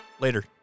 Later